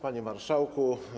Panie Marszałku!